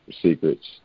secrets